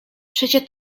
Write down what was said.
przecie